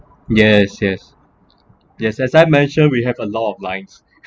yes yes yes as I mentioned we have a lot of lines